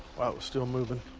while it was still moving.